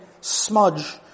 smudge